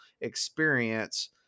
experience